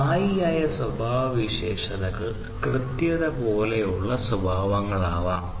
സ്ഥായിയായ സ്വഭാവസവിശേഷതകൾ കൃത്യത പോലുള്ള സ്വഭാവങ്ങളാകാം